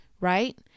right